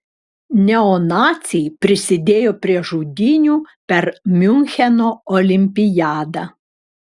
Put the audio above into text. neonaciai prisidėjo prie žudynių per miuncheno olimpiadą